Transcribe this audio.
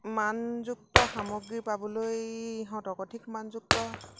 মানযুক্ত সামগ্ৰী পাবলৈ ইহঁতক অধিক মানযুক্ত